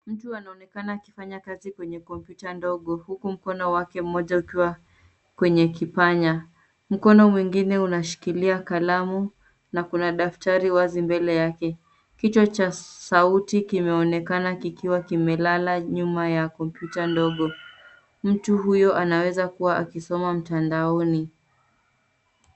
Mtu anaonekana akifanya kazi kwenye kompyuta ndogo huku mkono wake mmoja ukiwa kwenye kipanya, mkono mwingine unashikilia kalamu na kuna daftari wazi mbele yake. Kichwa cha sauti kimeonekana kikiwa kimelala nyuma ya kompyuta ndogo. Mtu huyo anaweza kuwa akisoma mtandaoni.